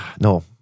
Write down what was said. No